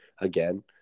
Again